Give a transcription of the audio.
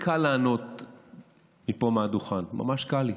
אבל דווקא לי קל לענות מפה, מהדוכן, ממש קל לי,